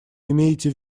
имеете